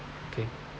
okay